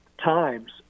times